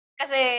kasi